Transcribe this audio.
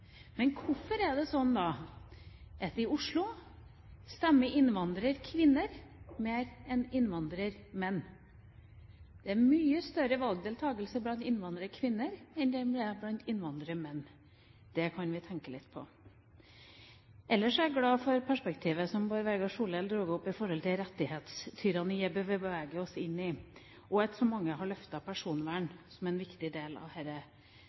Men hvorfor er det da sånn at i Oslo er det flere innvandrerkvinner enn innvandrermenn som stemmer? Det er mye større valgdeltakelse blant innvandrerkvinner enn blant innvandrermenn. Det kan vi tenke litt på. Ellers er jeg glad for perspektivet som Bård Vegar Solhjell dro opp om det rettighetstyranniet vi beveger oss inn i, og at så mange har løftet personvern som en viktig del av